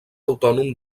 autònom